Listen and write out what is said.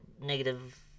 negative